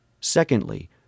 Secondly